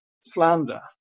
slander